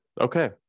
Okay